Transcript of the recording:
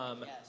Yes